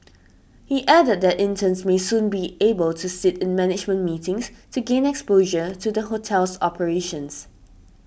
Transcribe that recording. he added that interns may soon be able to sit in management meetings to gain exposure to the hotel's operations